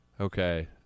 Okay